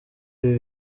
ibi